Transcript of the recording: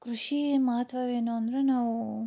ಕೃಷಿ ಮಹತ್ವವೇನು ಅಂದರೆ ನಾವು